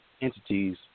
entities